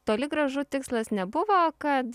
toli gražu tikslas nebuvo kad